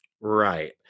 Right